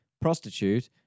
prostitute